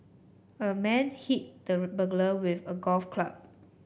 a man hit the burglar with a golf club